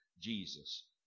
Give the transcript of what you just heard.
Jesus